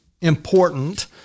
important